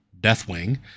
Deathwing